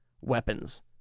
weapons